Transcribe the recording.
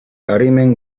arimen